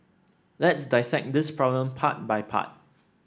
let's dissect this problem part by part